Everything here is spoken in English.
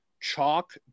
chalk